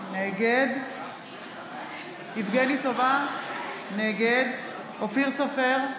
נגד יבגני סובה, נגד אופיר סופר,